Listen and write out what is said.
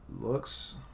looks